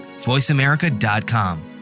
voiceamerica.com